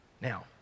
Now